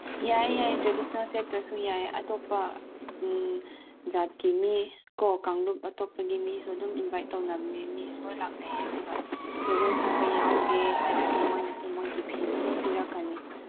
ꯌꯥꯏ ꯌꯥꯏ ꯇ꯭ꯔꯦꯗꯤꯁꯅꯦꯜ ꯁꯦꯠꯇ꯭ꯔꯁꯨ ꯌꯥꯏ ꯑꯇꯣꯞꯄ ꯎꯝ ꯖꯥꯠꯀꯤ ꯃꯤ ꯀꯣ ꯀꯥꯡꯂꯨꯞ ꯑꯇꯣꯞꯄꯒꯤ ꯃꯤꯁꯨ ꯑꯗꯨꯝ ꯏꯟꯕꯥꯏꯠ ꯇꯧꯅꯕꯅꯤ ꯃꯤꯁꯨ ꯂꯣꯏ ꯂꯥꯛꯅꯩꯌꯦ ꯑꯗꯨꯒ ꯖꯒꯣꯏ ꯁꯥꯕ ꯌꯥꯎꯒꯦ ꯍꯥꯏꯔꯗꯤ ꯃꯣꯏꯅꯁꯨ ꯃꯣꯏꯒꯤ ꯐꯤꯗꯣ ꯑꯗꯨꯝ ꯄꯤꯔꯛꯀꯅꯤ